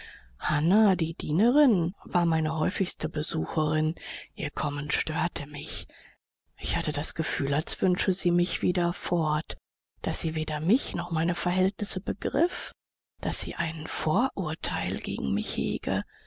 die dienerin war meine häufigste besucherin ihr kommen störte mich ich hatte das gefühl als wünsche sie mich wieder fort daß sie weder mich noch meine verhältnisse begriff daß sie ein vorurteil gegen mich hege